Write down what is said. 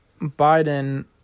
Biden